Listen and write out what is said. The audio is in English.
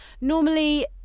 Normally